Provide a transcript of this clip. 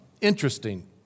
Interesting